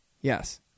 Yes